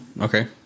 Okay